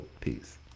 Peace